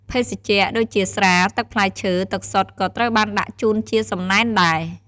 ភេសជ្ជៈ ដូចជា ស្រា ទឹកផ្លែឈើ ទឹកសុទ្ធ ក៏ត្រូវបានដាក់ជូនជាសំណែនដែរ។